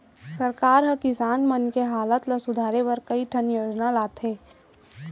सरकार हर किसान मन के हालत ल सुधारे बर कई ठन योजना लाथे